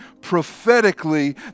prophetically